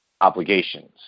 obligations